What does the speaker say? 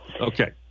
okay